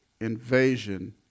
invasion